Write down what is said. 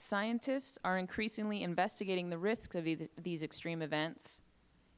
scientists are increasingly investigating the risks of these extreme events